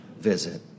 visit